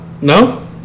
No